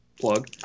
plug